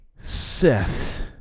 Seth